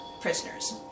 prisoners